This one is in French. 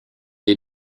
est